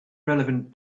relevant